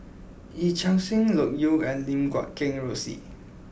Yee Chia Hsing Loke Yew and Lim Guat Kheng Rosie